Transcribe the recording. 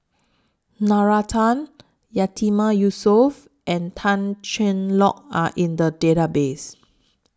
Nalla Tan Yatiman Yusof and Tan Cheng Lock Are in The Database